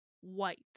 white